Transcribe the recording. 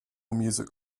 music